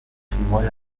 فیلمهای